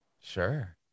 Sure